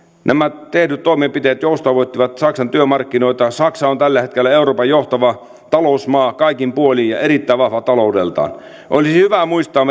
nämä tehdyt toimenpiteet joustavoittivat saksan työmarkkinoita saksa on tällä hetkellä euroopan johtava talousmaa kaikin puolin ja erittäin vahva taloudeltaan meidän kansanedustajien olisi hyvä muistaa